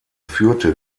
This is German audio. führte